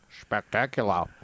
spectacular